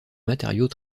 matériaux